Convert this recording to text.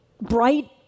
bright